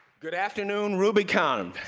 good afternoon rubyconf.